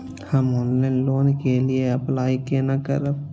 हम online loan के लिए अप्लाई केना करब?